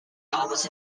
almost